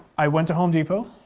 i went to home depot.